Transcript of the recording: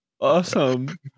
Awesome